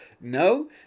No